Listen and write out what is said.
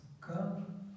come